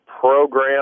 program